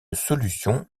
solution